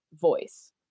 voice